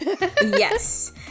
Yes